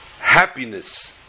happiness